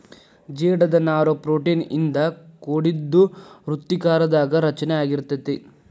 ಜೇಡದ ನಾರು ಪ್ರೋಟೇನ್ ಇಂದ ಕೋಡಿದ್ದು ವೃತ್ತಾಕಾರದಾಗ ರಚನೆ ಅಗಿರತತಿ